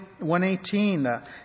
118